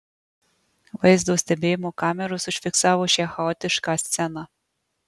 vaizdo stebėjimo kameros užfiksavo šią chaotišką sceną